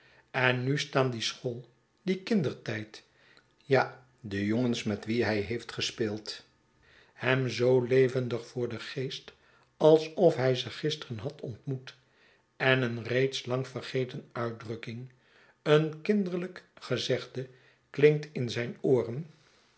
en nu staan die school die kindertijd ja de jongens met wie hij heeft gespeeld hem zoo levendig voor den geest alsof hij ze gisteren had ontmoet en een reeds lang vergeten uitdrukking een kinderlijk gezegde klinkt in zijn ooren